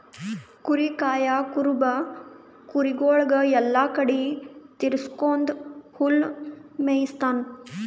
ಕುರಿ ಕಾಯಾ ಕುರುಬ ಕುರಿಗೊಳಿಗ್ ಎಲ್ಲಾ ಕಡಿ ತಿರಗ್ಸ್ಕೊತ್ ಹುಲ್ಲ್ ಮೇಯಿಸ್ತಾನ್